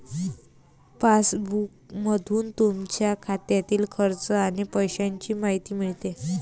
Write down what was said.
पासबुकमधून तुमच्या खात्यातील खर्च आणि पैशांची माहिती मिळते